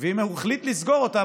ואם הוא החליט לסגור אותם,